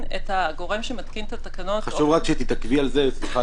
הגורם שמתקין את התקנות --- חשוב רק שתתעכבי על זה סליחה,